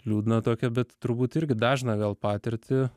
liūdną tokią bet turbūt irgi dažną gal patirtį